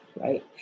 right